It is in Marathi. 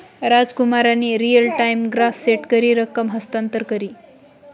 रामकुमारनी रियल टाइम ग्रास सेट करी रकम हस्तांतर करी